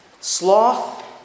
sloth